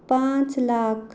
पांच लाख